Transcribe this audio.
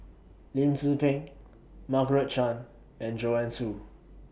Lim Tze Peng Margaret Chan and Joanne Soo